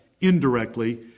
indirectly